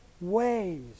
ways